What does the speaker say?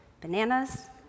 bananas